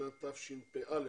לשנת תשפ"א,